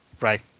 Right